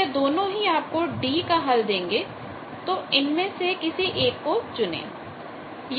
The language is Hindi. यह दोनों ही आपको d का हल देंगे तो इनमें से किसी एक को चुनें